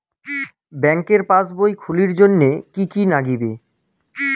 ব্যাঙ্কের পাসবই খুলির জন্যে কি কি নাগিবে?